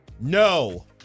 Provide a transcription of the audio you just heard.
No